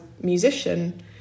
musician